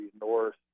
north